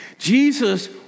Jesus